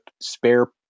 spare